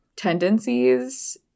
tendencies